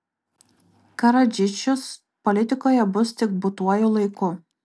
karadžičius politikoje bus tik būtuoju laiku